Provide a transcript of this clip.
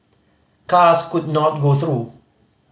cars could not go through